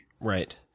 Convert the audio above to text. Right